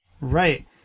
Right